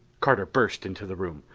carter burst into the room.